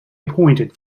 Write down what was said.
appointed